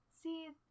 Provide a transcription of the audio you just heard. See